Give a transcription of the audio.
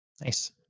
Nice